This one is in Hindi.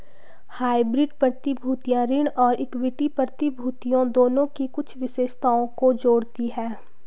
हाइब्रिड प्रतिभूतियां ऋण और इक्विटी प्रतिभूतियों दोनों की कुछ विशेषताओं को जोड़ती हैं